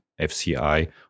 FCI